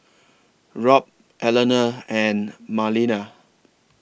Robt Eleanor and Marlena